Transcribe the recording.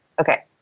Okay